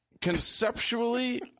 Conceptually